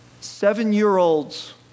Seven-year-olds